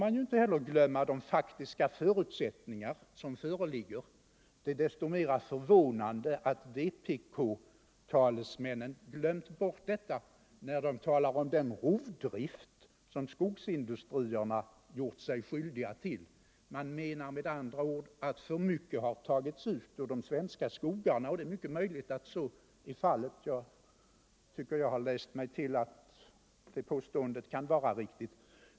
Man får inte heller glömma de faktiska förutsättningar som föreligger. Det är förvånande att vpk-talesmännnen glömmer bort dem när de talar om den ”rovdrift” som skogsindustrierna gjort sig skyldiga till. De menar med andra ord att för mycket har tagits ut ur de svenska skogarna. Det är mycket möjligt att så är fallet — jag tycker jag har läst mig till att det påståendet kan vara riktigt.